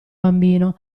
bambino